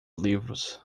livros